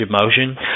motion